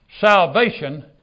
salvation